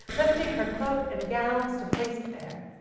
lifting her cloak and gowns to place it there.